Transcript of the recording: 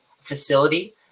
facility